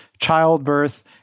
childbirth